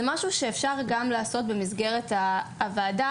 זה משהו שאפשר לעשות גם במסגרת הוועדה,